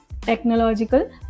technological